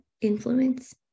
influence